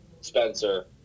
Spencer